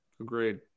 Agreed